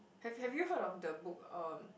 have have you heard of the book uh